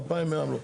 2,100 עמלות.